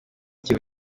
kivu